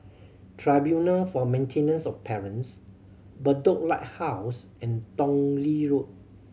Tribunal for Maintenance of Parents Bedok Lighthouse and Tong Lee Road